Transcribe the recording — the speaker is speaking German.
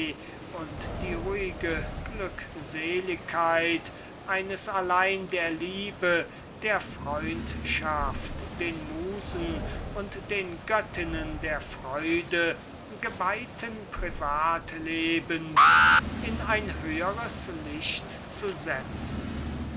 und die ruhige glückseligkeit eines allein der liebe der freundschaft den musen und den göttinnen der freude geweihten privatlebens in ein höheres licht zu setzen